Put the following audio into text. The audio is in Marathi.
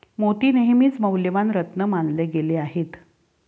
मोती नेहमीच मौल्यवान रत्न मानले गेले आहेत